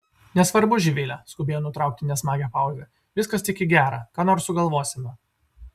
nesvarbu živile skubėjo nutraukti nesmagią pauzę viskas tik į gera ką nors sugalvosime